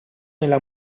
nella